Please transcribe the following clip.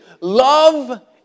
love